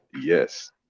yes